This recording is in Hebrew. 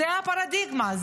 זו הפרדיגמה.